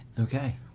Okay